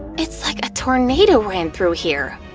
it's like a tornado ran through here!